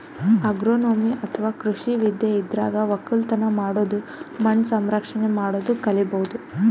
agronomy ಅಥವಾ ಕೃಷಿ ವಿದ್ಯೆ ಇದ್ರಾಗ್ ಒಕ್ಕಲತನ್ ಮಾಡದು ಮಣ್ಣ್ ಸಂರಕ್ಷಣೆ ಮಾಡದು ಕಲಿಬಹುದ್